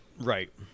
Right